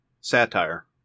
Satire